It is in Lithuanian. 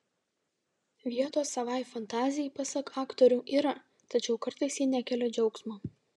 vietos savai fantazijai pasak aktorių yra tačiau kartais ji nekelia džiaugsmo